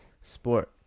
sport